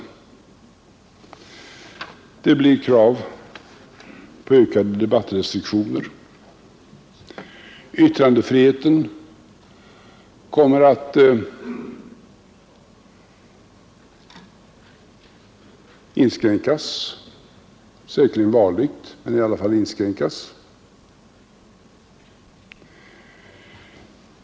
Det kommer att medföra krav på ökade debattrestriktioner, yttrandefriheten kommer att inskränkas — säkerligen varligt, men ändå inskränkas.